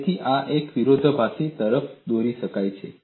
તેથી આ એક વિરોધાભાસ તરફ દોરી જાય છે